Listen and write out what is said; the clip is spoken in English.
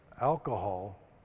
alcohol